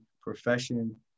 profession